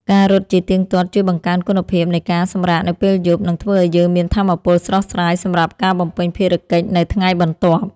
ការរត់ជាទៀងទាត់ជួយបង្កើនគុណភាពនៃការសម្រាកនៅពេលយប់ និងធ្វើឱ្យយើងមានថាមពលស្រស់ស្រាយសម្រាប់ការបំពេញភារកិច្ចនៅថ្ងៃបន្ទាប់។